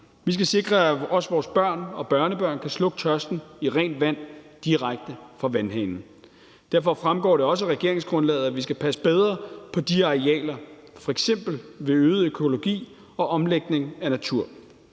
Vi skal sikre, at også vores børn og børnebørn kan slukke tørsten i rent vand direkte fra vandhanen. Derfor fremgår det også af regeringsgrundlaget, at vi skal passe bedre på de arealer, f.eks. ved øget økologi og omlægning af natur.